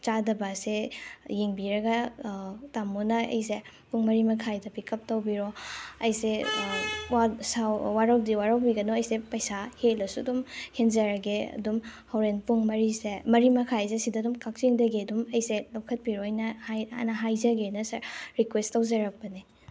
ꯆꯥꯗꯕ ꯑꯁꯦ ꯌꯦꯡꯕꯤꯔꯒ ꯇꯃꯣꯅ ꯑꯩꯁꯦ ꯄꯨꯡ ꯃꯔꯤ ꯃꯈꯥꯏꯗ ꯄꯤꯛꯀꯞ ꯇꯧꯕꯤꯔꯣ ꯑꯩꯁꯦ ꯋꯥꯔꯧꯗꯤ ꯋꯥꯔꯧꯕꯤꯒꯅꯨ ꯑꯩꯁꯦ ꯄꯩꯁꯥ ꯍꯦꯜꯂꯁꯨ ꯑꯗꯨꯝ ꯍꯦꯟꯖꯔꯒꯦ ꯑꯗꯨꯝ ꯍꯣꯔꯦꯟ ꯄꯨꯡ ꯃꯔꯤꯁꯦ ꯃꯔꯤ ꯃꯈꯥꯏꯁꯦ ꯁꯤꯗ ꯑꯗꯨꯝ ꯀꯛꯆꯤꯡꯗꯒꯤ ꯑꯗꯨꯝ ꯑꯩꯁꯦ ꯂꯧꯈꯠꯄꯤꯔꯣꯅ ꯍꯥꯏꯖꯒꯦꯅ ꯔꯤꯀ꯭ꯋꯦꯁ ꯇꯧꯖꯔꯛꯄꯅꯦ